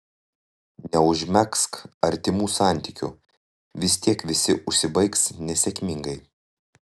neužmegzk artimų santykių vis tiek visi užsibaigs nesėkmingai